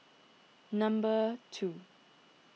number two